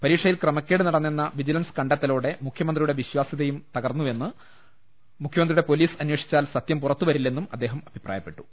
പരീക്ഷയിൽ ക്രമേക്കേട് നട ന്നെന്ന വിജിലൻസ് കണ്ടെത്തലോടെ മുഖ്യമന്ത്രിയുടെ വിശ്വാ സൃതയും തകർന്നുവെന്ന് മുഖ്യമന്ത്രിയുടെ പൊലീസ് അന്വേഷി ച്ചാൽ സത്യം പുറത്തുവരില്ലെന്നും അദ്ദേഹം അഭിപ്രായപ്പെട്ടു